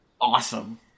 Awesome